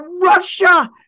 Russia